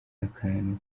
akantu